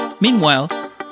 Meanwhile